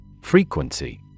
Frequency